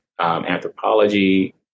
anthropology